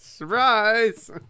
Surprise